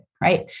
right